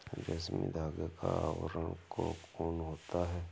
रेशमी धागे का आवरण कोकून होता है